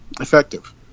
effective